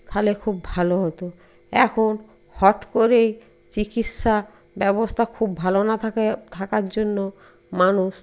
তাহলে খুব ভালো হতো এখন হট করেই চিকিৎসা ব্যবস্থা খুব ভালো না থাকা থাকার জন্য মানুষ